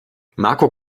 marco